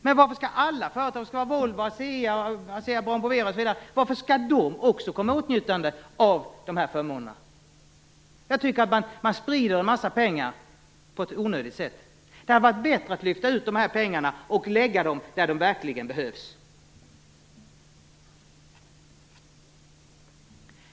Men varför skall alla andra företag - Volvo, Asea Brown Boveri osv. - komma i åtnjutande av de här förmånerna? Jag tycker att man sprider ut en mängd pengar på ett onödigt sätt. Det hade varit bättre att lyfta ut de här pengarna och lägga dem där de verkligen behövs.